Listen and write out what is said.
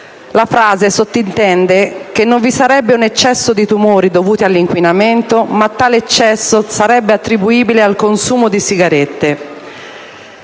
La frase sottintende che non vi sarebbe un eccesso di tumori dovuti all'inquinamento ma tale eccesso sarebbe attribuibile al consumo di sigarette.